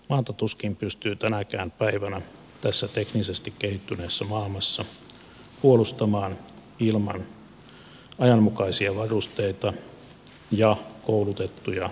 maata tuskin pystyy tänäkään päivänä tässä teknisesti kehittyneessä maailmassa puolustamaan ilman ajanmukaisia varusteita ja koulutettuja puolustustahtoisia joukkoja